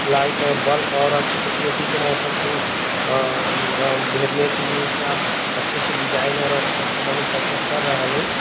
light और bulb और अच्छी टेकनीकी के मौसम को भेदने के लिये उसका अच्छे से डिजाइन और अच्छा उसका मैन्युफैक्चर कर रहे हैं लोग